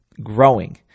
growing